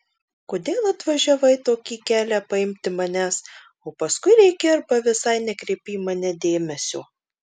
kodėl atvažiavai tokį kelią paimti manęs o paskui rėki arba visai nekreipi į mane dėmesio